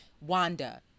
Wanda